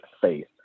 faith